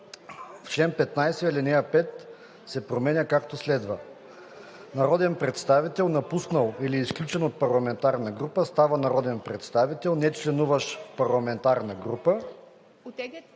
„В чл. 15, ал. 5 се променя, както следва: (5) Народен представител, напуснал или изключен от парламентарна група, става народен представител, нечленуващ в парламентарна група,